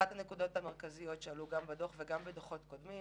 אחת הנקודות המרכזיות שעלתה בדוח ובדוחות קודמים,